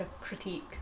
critique